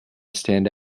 stand